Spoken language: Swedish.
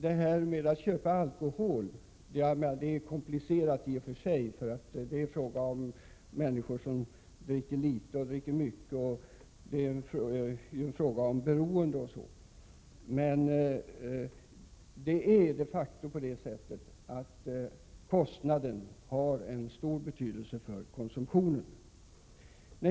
Att jämföra konsumtion och alkoholskador är i och för sig komplicerat, eftersom det är fråga om både människor som dricker litet och människor som dricker mycket. Det är också fråga om ett beroende. Men de facto har priset stor betydelse för konsumtionen.